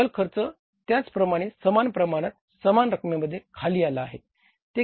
चल खर्च त्याचप्रमाणे समान प्रमाणात समान रकमेमध्ये खाली आला नाही